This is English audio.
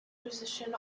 position